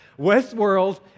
Westworld